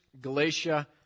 Galatia